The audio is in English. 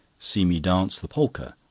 see me dance the polka!